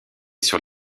sur